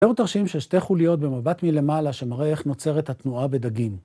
תראו תרשים של שתי חוליות במבט מלמעלה, שנראה איך נוצרת התנועה בדגים.